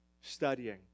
studying